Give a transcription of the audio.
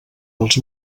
els